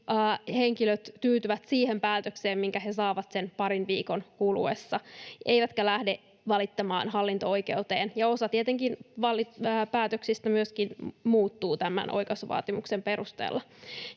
henkilöt tyytyvät siihen päätökseen, minkä he saavat sen parin viikon kuluessa, eivätkä lähde valittamaan hallinto-oikeuteen. Tietenkin osa päätöksistä myöskin muuttuu oikaisuvaatimuksen perusteella.